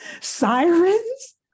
sirens